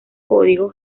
código